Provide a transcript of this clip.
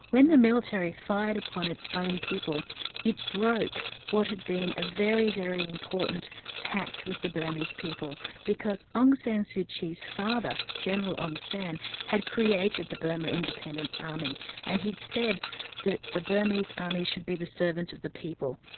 when the military fired upon its own people it broke what had been a very, very important pact with the burmese people, because aung san suu kyi's father general aung san had created the burma independence army and he'd said that the burmese army should be the servant of the people,